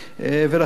לכן,